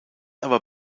aber